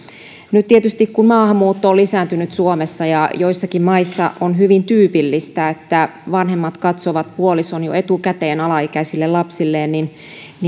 nyt tietysti kun maahanmuutto on lisääntynyt suomessa ja joissakin maissa on hyvin tyypillistä että vanhemmat katsovat puolison jo etukäteen alaikäisille lapsilleen